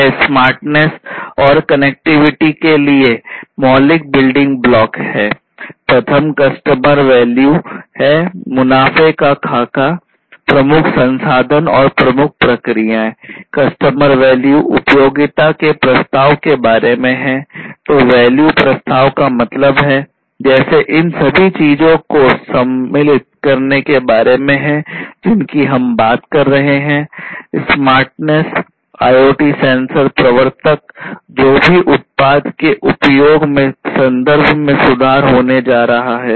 यह स्मार्टनेस और कनेक्टिविटी के लिए मौलिक बिल्डिंग ब्लॉक क्या है